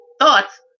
thoughts